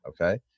Okay